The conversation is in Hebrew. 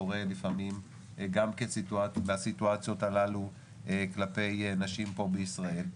קורה לפעמים גם בסיטואציות הללו כלפי נשים פה בישראל.